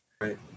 Right